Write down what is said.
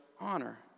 honor